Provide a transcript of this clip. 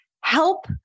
help